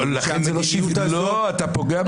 לא, אתה פוגע בשוויון.